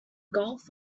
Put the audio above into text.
gulf